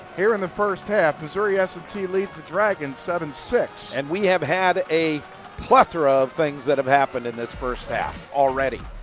here in the first half. missouri s and t leads the dragons seven six. and we have had a plethora of things that have happened in this first half already.